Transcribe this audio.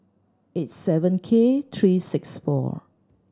eight seven K three six four